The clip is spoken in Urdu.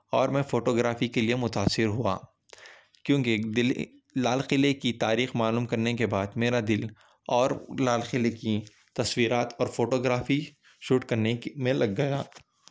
اور میں فوٹوگرافی کے لیے متاثر ہوا کیونکہ دلہی لال قلعے کی تاریخ معلوم کرنے کے بعد میرا دل اور لال قلعے کی تصویرات اور فوٹوگرافی شوٹ کرنے کی میں لگ گیا